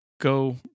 go